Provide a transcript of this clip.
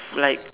like